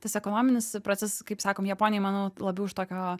tas ekonominis procesas kaip sakom japonijoj manau labiau už tokio